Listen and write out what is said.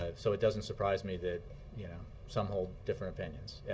ah so it doesn't surprise me that yeah some hold different opinions. ed.